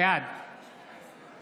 בעד